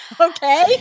Okay